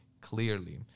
clearly